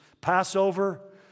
Passover